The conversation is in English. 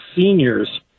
seniors